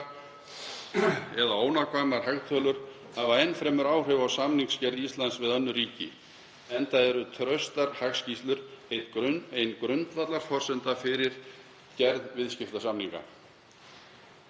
eða ónákvæmar hagtölur hafa enn fremur áhrif á samningsgerð Íslands við önnur ríki enda eru traustar hagskýrslur ein grundvallarforsendan fyrir gerð viðskiptasamninga.